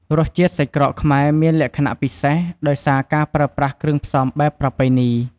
រសជាតិសាច់ក្រកខ្មែរមានលក្ខណៈពិសេស ដោយសារការប្រើប្រាស់គ្រឿងផ្សំបែបប្រពៃណី។